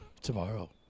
Tomorrow